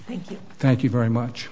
thank you thank you very much